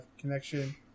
connection